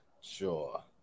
Sure